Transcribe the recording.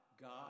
God